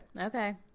Okay